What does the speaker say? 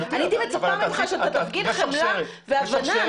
אני הייתי מצפה ממך שתפגין חמלה והבנה.